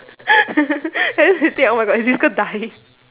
later they think oh my god is this girl dying